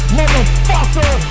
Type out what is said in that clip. motherfucker